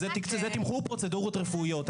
זה תמחור פרוצדורות רפואיות.